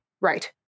Right